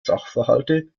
sachverhalte